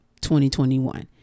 2021